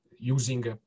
using